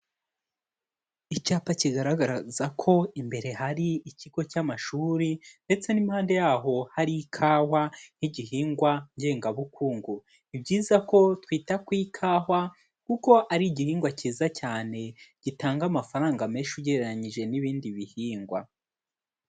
Icyapa kigaragaza ko imbere hari ikigo cy'amashuri ndetse n'impande yaho hari ikawa nk'igihingwa ngengabukungu, ni byiza ko twita ku ikawa kuko ari igihingwa kiza cyane gitanga amafaranga menshi ugereranyije n'ibindi bihingwa.